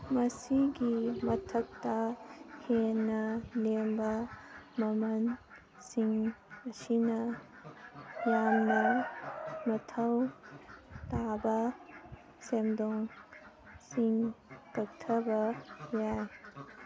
ꯃꯁꯤꯒꯤ ꯃꯊꯛꯇ ꯍꯦꯟꯅ ꯂꯦꯝꯕ ꯃꯃꯜꯁꯤꯡ ꯑꯁꯤꯅ ꯌꯥꯝꯅ ꯃꯊꯧ ꯇꯥꯕ ꯁꯦꯟꯗꯣꯡꯁꯤꯡ ꯀꯛꯊꯕ ꯌꯥꯏ